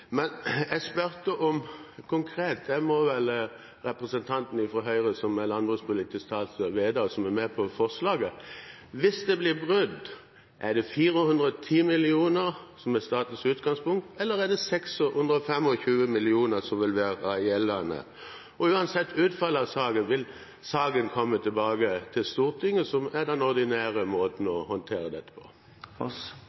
Men jeg spurte konkret, og det må vel representanten fra Høyre som er landbrukspolitisk talsmann vite – som er med på forslaget: Hvis det blir brudd, er det 410 mill. kr som er statens utgangspunkt, eller er det 625 mill. kr som vil være gjeldende? Uansett utfall av saken vil saken komme tilbake til Stortinget, som er den ordinære måten